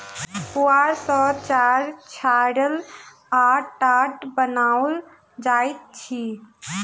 पुआर सॅ चार छाड़ल आ टाट बनाओल जाइत अछि